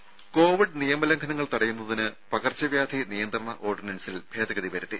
രെട COVID നിയമ ലംഘനങ്ങൾ തടയുന്നതിന് പകർച്ചവ്യാധി നിയന്ത്രണ ഓർഡിനൻസിൽ ഭേദഗതി വരുത്തി